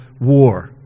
war